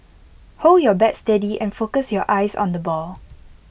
hold your bat steady and focus your eyes on the ball